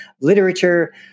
literature